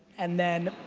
and then,